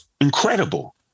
Incredible